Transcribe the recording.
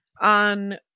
on